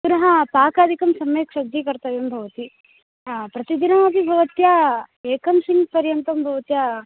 पुनः पाकादिकं सम्यक् सज्जीकर्तव्यं भवति प्रतिदिनमपि भवत्या एकं सिङ्क् पर्यन्तं भवत्या